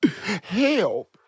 Help